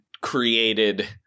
created